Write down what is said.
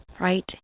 right